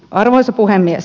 arvoisa puhemies